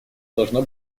должно